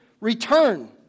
return